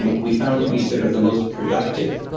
but we found to be sort of the most productive,